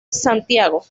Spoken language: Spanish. santiago